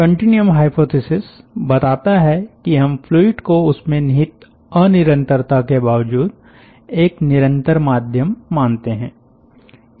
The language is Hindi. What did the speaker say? कन्टीन्युअम हाइपोथिसिस बताता है कि हम फ्लूइड को उसमे निहित अनिरंतरता के बावजूद एक निरंतर माध्यम मानते है